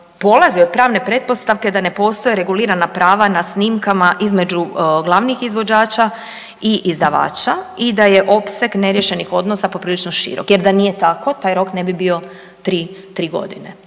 polazi od pravne pretpostavke da ne postoje regulirana prava na snimkama između glavnih izvođača i izdavača i da je opseg neriješenih odnosa poprilično širok jer da nije tako, taj rok ne bi bio 3 godine,